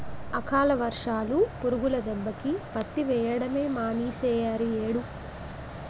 అకాల వర్షాలు, పురుగుల దెబ్బకి పత్తి వెయ్యడమే మానీసేరియ్యేడు